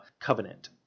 Covenant